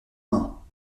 main